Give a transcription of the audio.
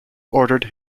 ordered